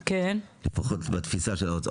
לפחות בתפיסה של האוצר,